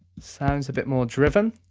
sounds a bit more driven.